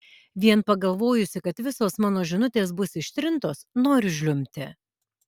vien pagalvojusi kad visos mano žinutės bus ištrintos noriu žliumbti